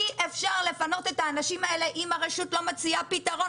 אי אפשר לפנות את האנשים האלה אם הרשות לא מציעה פתרון